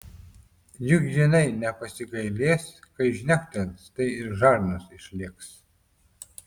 juk jinai nepasigailės kai žnektels tai ir žarnos išlėks